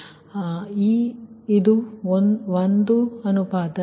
ಆದ್ದರಿಂದ ಇದು 1NqNtಆಗಿರುವುದು